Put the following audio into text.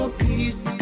peace